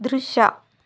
ದೃಶ್ಯ